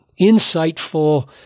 insightful